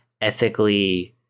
ethically